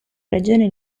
regione